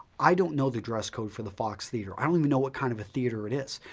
i don't know the dress code for the fox theater. i don't even know what kind of a theater it is,